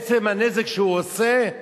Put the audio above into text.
עצם הנזק שהוא עושה,